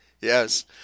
Yes